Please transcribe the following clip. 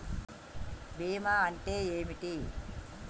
బీమా అంటే ఏమిటి?